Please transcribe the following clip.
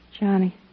Johnny